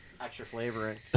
Extra-flavoring